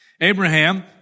Abraham